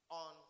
on